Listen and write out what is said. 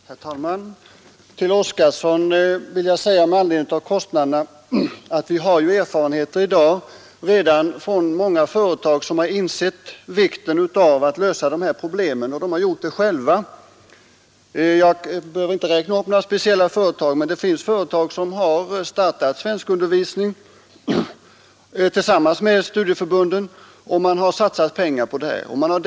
Herr talman! Till herr Oskarson vill jag säga beträffande kostnaderna, att vi redan i dag har erfarenheter från många företag som själva har insett vikten av att lösa dessa problem. Jag behöver inte räkna upp några speciella företag, men det finns företag som har startat svenskundervisning tillsammans med studieförbunden och satsat pengar på denna undervisning.